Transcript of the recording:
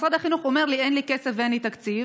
משרד החינוך אומר לי: אין לי כסף ואין לי תקציב,